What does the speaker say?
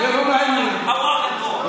אתה נותן פה